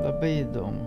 labai įdomu